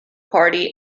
party